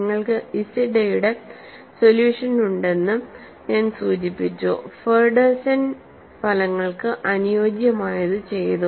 നിങ്ങൾക്ക് ഇസിഡയുടെ സൊല്യൂഷൻ ഉണ്ടെന്ന് ഞാൻ സൂചിപ്പിച്ചു ഫെഡെർസൻ ഫലങ്ങൾക്ക് അനുയോജ്യമായത് ചെയ്തു